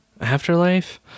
Afterlife